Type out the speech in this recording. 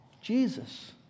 Jesus